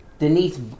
Denise